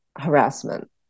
harassment